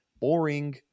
boring